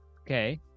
okay